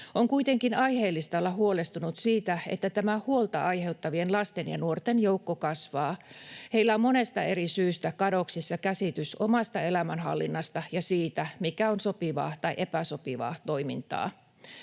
On kuitenkin aiheellista olla huolestunut siitä, että tämä huolta aiheuttavien lasten ja nuorten joukko kasvaa. Heillä on monesta eri syystä kadoksissa käsitys omasta elämänhallinnasta ja siitä, mikä on sopivaa tai epäsopivaa toimintaa.